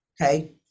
Okay